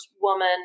woman